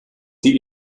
die